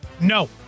No